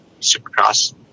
Supercross